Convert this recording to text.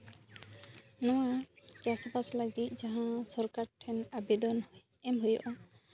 ᱱᱚᱣᱟ ᱪᱟᱥᱼᱵᱟᱥ ᱞᱟᱹᱜᱤᱫ ᱡᱟᱦᱟᱸ ᱥᱚᱨᱠᱟᱨ ᱴᱷᱮᱱ ᱟᱵᱮᱫᱚᱱ ᱮᱢ ᱦᱩᱭᱩᱜᱼᱟ